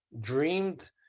dreamed